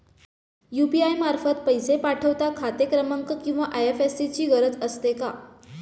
UPI मार्फत पैसे पाठवता खाते क्रमांक किंवा आय.एफ.एस.सी ची गरज असते का?